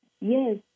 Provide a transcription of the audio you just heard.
Yes